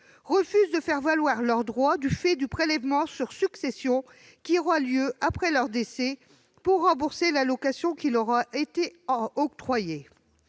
refusent de faire valoir leurs droits du fait du prélèvement sur succession qui aura lieu après leur décès pour rembourser l'allocation octroyée.